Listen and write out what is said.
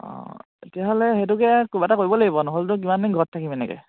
অঁ তেতিয়াহ'লে সেইটোকে কিবা এটা কৰিব লাগিব নহ'লেতো কিমান দিন ঘৰতে থাকিম এনেকৈ